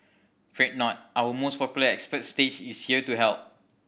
fret not our most popular expert stage is here to help